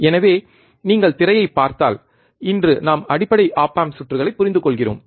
எனவே நீங்கள் திரையைப் பார்த்தால் இன்று நாம் அடிப்படை ஒப் ஆம்ப் சுற்றுகளைப் புரிந்துகொள்கிறோம்